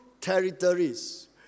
territories